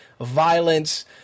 violence